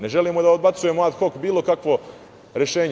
Ne želimo da odbacujemo ad hok bilo kakvo rešenje.